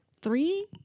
three